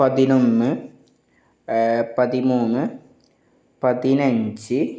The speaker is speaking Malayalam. പതിനൊന്ന് പതിമൂന്ന് പതിനഞ്ച്